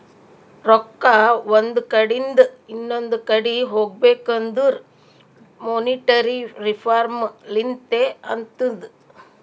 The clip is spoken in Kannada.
ರೊಕ್ಕಾ ಒಂದ್ ಕಡಿಂದ್ ಇನೊಂದು ಕಡಿ ಹೋಗ್ಬೇಕಂದುರ್ ಮೋನಿಟರಿ ರಿಫಾರ್ಮ್ ಲಿಂತೆ ಅತ್ತುದ್